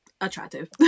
attractive